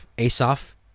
asaf